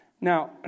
Now